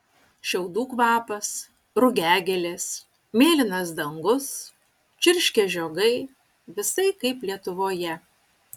šiaudų kvapas rugiagėlės mėlynas dangus čirškia žiogai visai kaip lietuvoje